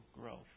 growth